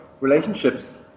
relationships